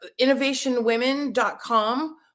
innovationwomen.com